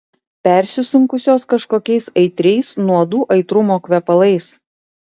persisunkusios kažkokiais aitriais nuodų aitrumo kvepalais